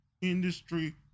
industry